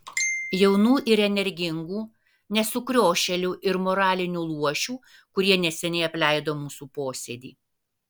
jaunų ir energingų ne sukriošėlių ir moralinių luošių kurie neseniai apleido mūsų posėdį